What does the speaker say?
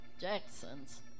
Jackson's